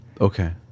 Okay